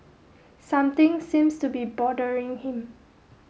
something seems to be bothering him